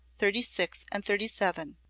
thirty six and thirty seven,